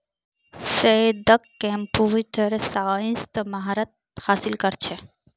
सैयदक कंप्यूटर साइंसत महारत हासिल छेक